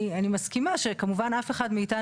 באוויר נקי.